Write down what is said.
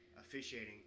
officiating